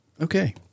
Okay